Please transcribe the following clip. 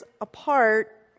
apart